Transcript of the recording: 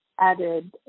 added